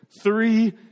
three